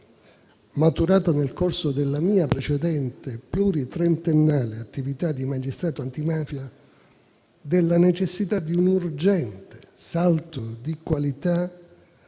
maturata nel corso della mia precedente pluritrentennale attività di magistrato antimafia, della necessità di un urgente salto di qualità